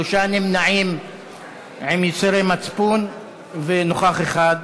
שלושה נמנעים עם ייסורי מצפון ונוכח אחד.